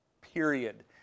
Period